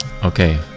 Okay